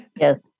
Yes